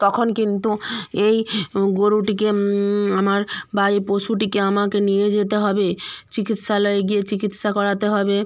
তখন কিন্তু এই গোরুটিকে আমার বা এই পশুটিকে আমাকে নিয়ে যেতে হবে চিকিৎসালয়ে গিয়ে চিকিৎসা করাতে হবে